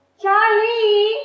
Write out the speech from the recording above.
Charlie